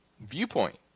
viewpoint